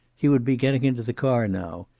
he would be getting into the car now.